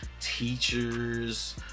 teachers